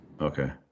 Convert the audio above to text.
okay